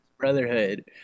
Brotherhood